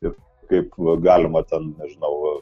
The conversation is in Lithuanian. ir kaip galima ten nežinau